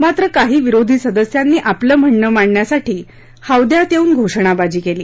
मात्र काही विरोधी सदस्यांनी आपलं म्हणणं मांडण्यासाठी हौद्यात येवून घोषणाबाजी केली